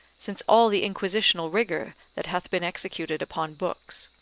since all the inquisitional rigour that hath been executed upon books.